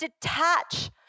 detach